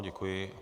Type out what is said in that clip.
Děkuji.